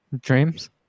dreams